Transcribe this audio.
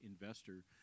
investor